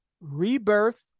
rebirth